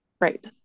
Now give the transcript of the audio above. right